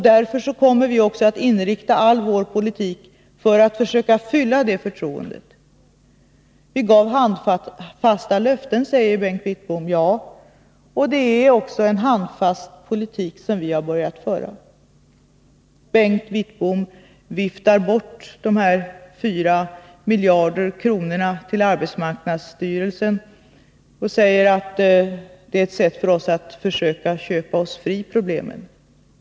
Därför kommer vi också att inrikta hela vår politik på att försöka motsvara förtroendet. Ni gav handfasta löften, säger Bengt Wittbom. Ja, det gjorde vi. Det är också en handfast politik som vi har börjat föra. Bengt Wittbom viftar bort de 4 miljarder kronor som vi har givit till arbetsmarknadsstyrelsen och säger att det är ett sätt att försöka köpa oss fria från problemen.